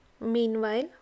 meanwhile